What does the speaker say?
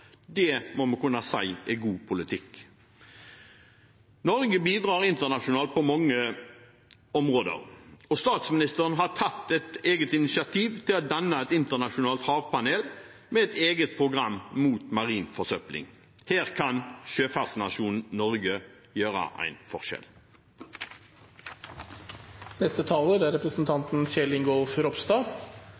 Det må vi kunne si er god politikk. Norge bidrar internasjonalt på mange områder. Statsministeren har tatt et eget initiativ til å danne et internasjonalt havpanel med et eget program mot marin forsøpling. Her kan sjøfartsnasjonen Norge gjøre en